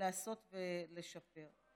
לעשות ולשפר.